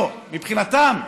לא, מבחינתם,